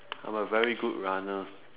I'm a very good runner